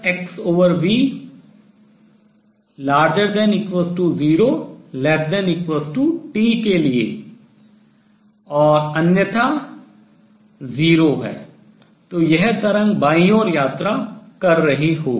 दूसरी ओर यह ytxA है 0≤txvT के लिए और अन्यथा 0 है तो यह तरंग बाईं ओर यात्रा कर रही होगी